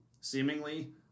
seemingly